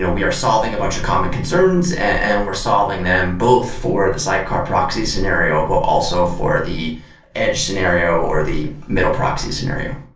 ah we are solving a bunch of common concerns and we're solving them both for the sidecar proxy scenario, but also for the edge scenario or the middle proxy scenario